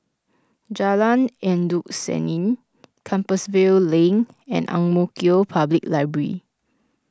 Jalan Endut Senin Compassvale Link and Ang Mo Kio Public Library